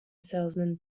salesman